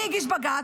מי הגיש בג"ץ?